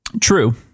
True